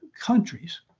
countries